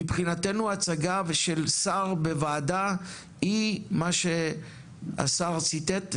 מבחינתנו הצגה של שר בוועדה היא מה שהשר ציטט,